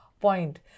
point